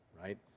right